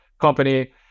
company